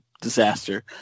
disaster